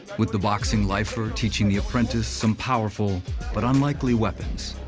with the boxing lifer teaching the apprentice some powerful but unlikely weapons,